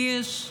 הרש,